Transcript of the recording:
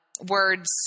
words